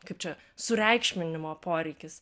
kaip čia sureikšminimo poreikis